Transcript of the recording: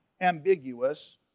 ambiguous